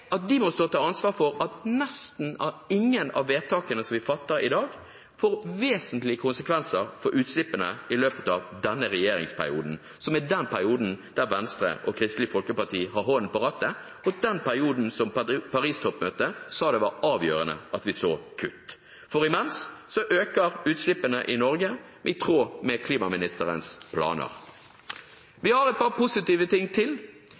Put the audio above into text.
at de må stå til ansvar for at nesten ingen av vedtakene vi fatter i dag, får vesentlige konsekvenser for utslippene i løpet av denne regjeringsperioden – perioden der Venstre og Kristelig Folkeparti har hånden på rattet, og perioden da Paris-toppmøtet sa det var avgjørende at vi så kutt. For imens øker utslippene i Norge, i tråd med klimaministerens planer. Vi har et par positive ting til.